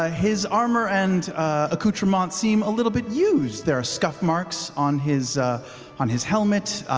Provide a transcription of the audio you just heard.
ah his armor and accoutrements seem a little bit used! there are scuff marks on his on his helmet,